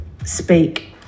Speak